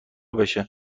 بشه